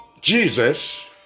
Jesus